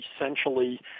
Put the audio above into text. essentially